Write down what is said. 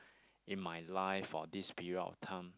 in my life or this period of time